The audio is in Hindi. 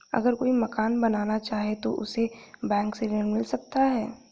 अगर कोई मकान बनाना चाहे तो उसे बैंक से ऋण मिल सकता है?